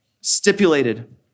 stipulated